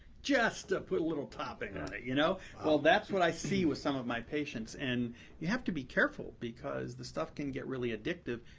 just to put a little topping on it, you know? well, that's what i see with some of my patients. and you have to be careful because the stuff can get really addictive,